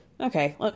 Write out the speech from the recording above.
Okay